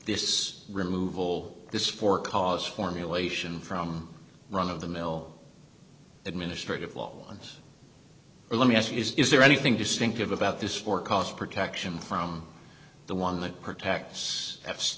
this removal this for cause formulation from run of the mill administrative law and let me ask is there anything distinctive about this for cost protection from the one that protect